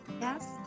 Yes